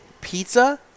pizza